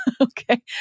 Okay